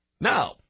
Now